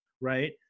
right